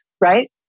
right